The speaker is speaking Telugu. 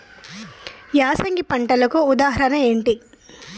యాసంగి పంటలకు ఉదాహరణ ఏంటి?